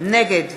נגד